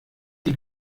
die